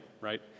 right